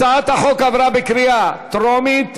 הצעת החוק עברה בקריאה טרומית,